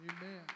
amen